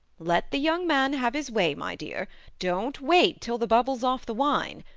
let the young man have his way, my dear don't wait till the bubble's off the wine.